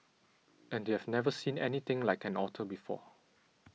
and they have never seen anything like an otter before